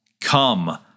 Come